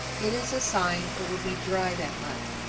it is a sign it will be dry that month,